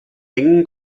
engen